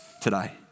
today